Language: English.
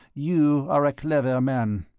you are a clever man.